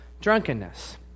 drunkenness